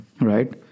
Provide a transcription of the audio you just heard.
Right